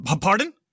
Pardon